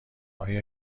آیا